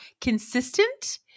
consistent